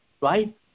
right